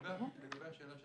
לגבי השאלה של